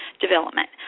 development